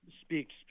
speaks